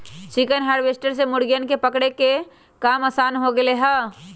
chicken harvester से मुर्गियन के पकड़े के काम आसान हो गैले है